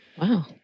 Wow